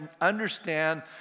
understand